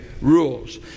rules